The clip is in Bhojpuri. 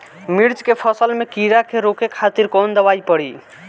मिर्च के फसल में कीड़ा के रोके खातिर कौन दवाई पड़ी?